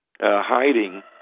hiding